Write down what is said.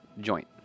joint